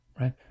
right